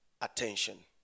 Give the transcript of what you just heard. attention